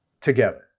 together